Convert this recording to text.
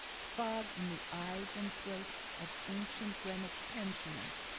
fog in the eyes and throats of ancient greenwich pensioners,